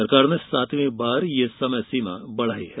सरकार ने सातवीं बार यह समय सीमा बढ़ाई है